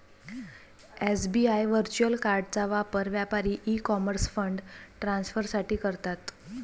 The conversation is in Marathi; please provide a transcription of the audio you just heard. एस.बी.आय व्हर्च्युअल कार्डचा वापर व्यापारी ई कॉमर्स फंड ट्रान्सफर साठी करतात